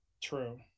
True